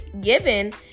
given